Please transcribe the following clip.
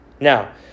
Now